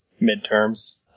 Midterms